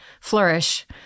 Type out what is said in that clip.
flourish